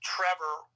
Trevor